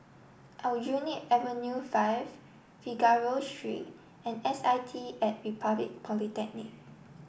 Aljunied Avenue five Figaro Street and S I T at Republic Polytechnic